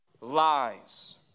lies